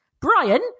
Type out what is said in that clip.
Brian